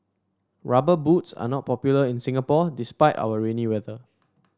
rubber boots are not popular in Singapore despite our rainy weather